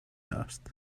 asked